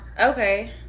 okay